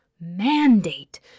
Mandate